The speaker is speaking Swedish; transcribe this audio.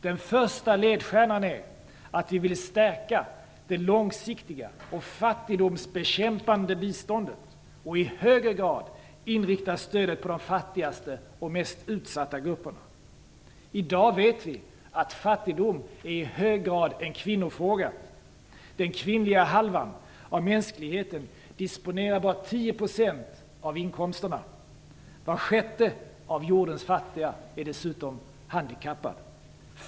Den första ledstjärnan är att vi vill stärka det långsiktiga och fattigdomsbekämpande biståndet, och i högre grad inrikta stödet på de fattigaste och mest utsatta grupperna. I dag vet vi att fattigdom i hög grad är en kvinnofråga. Den kvinnliga halvan av mänskligheten disponerar bara 10 % av inkomsterna. Var sjätte av jordens fattiga är dessutom handikappad.